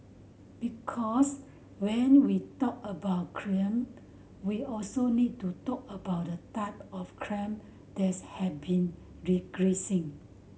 because when we talk about crime we also need to talk about the type of crimes that have been re creasing